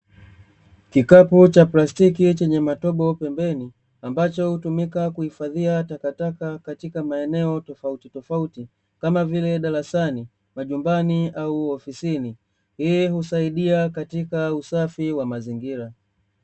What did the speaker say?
Kikapu cha plastiki chenye matobo pembeni, ambacho hutumika kuhifadhia takataka katika maeneo tofautitofauti, kama vile darasani, majumbani au ofisini. Hii husaidia katika usafi wa mazingira.